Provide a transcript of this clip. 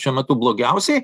šiuo metu blogiausiai